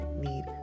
need